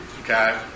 Okay